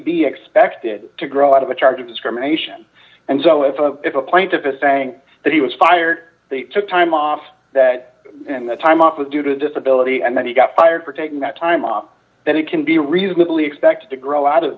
be expected to grow out of a charge of discrimination and so if a if a plaintiff is saying that he was fired took time off and the time off was due to disability and then he got fired for taking that time off then he can be reasonably expected to grow out of